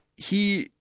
he,